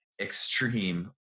extreme